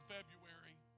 February